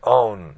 own